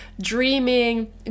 dreaming